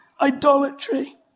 idolatry